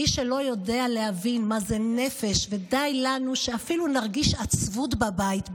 מי שלא יודע להבין מה זה נפש ודי לנו שאפילו נרגיש עצבות בבית,